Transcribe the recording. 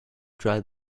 dry